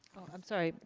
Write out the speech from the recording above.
oh i'm sorry,